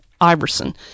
Iverson